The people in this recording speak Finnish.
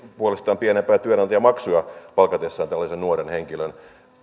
puolestaan pienempää työnantajamaksua palkatessaan tällaisen nuoren henkilön